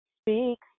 speaks